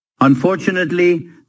Unfortunately